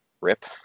rip